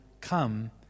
come